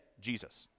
Jesus